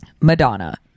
madonna